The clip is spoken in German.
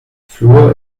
fluor